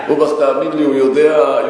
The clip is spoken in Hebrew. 622. אורבך, תאמין לי, הוא יודע מצוין.